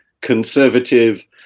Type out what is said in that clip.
conservative